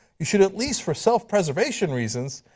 you should at least, for self-preservation reasons,